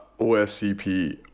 OSCP